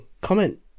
comment